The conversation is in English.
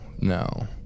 no